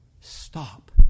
Stop